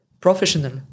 professional